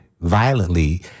violently